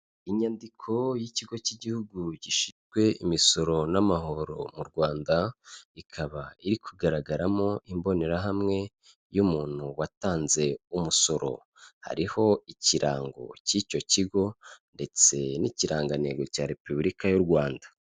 Inyandiko y'ikigo cy' igihugu gishinzwe imisoro n'amahoro mu Rwanda, ikaba iri kugaragaramo imbonerahamwe y'umuntu watanze umusoro, hariho ikirango cy'icyo kigo ndetse n'ikirangantego cya repubulika y'u Rwanda.